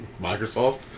Microsoft